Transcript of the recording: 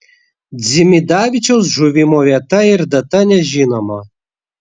dzimidavičiaus žuvimo vieta ir data nežinoma